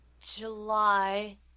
July